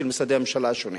של משרדי הממשלה השונים.